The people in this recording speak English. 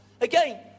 Again